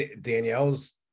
Danielle's